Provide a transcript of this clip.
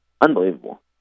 Unbelievable